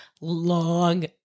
long